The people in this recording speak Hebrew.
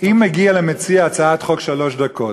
אם מגיע למציע הצעת חוק שלוש דקות